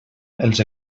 els